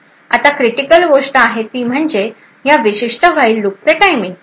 आता क्रिटिकल गोष्ट आहे ती म्हणजे या विशिष्ट व्हाईल लूपचे टाइमिंग